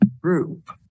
group